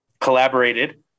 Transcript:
collaborated